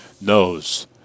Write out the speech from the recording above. knows